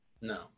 No